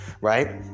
right